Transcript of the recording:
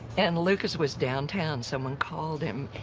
and lucas was downtown, someone called him,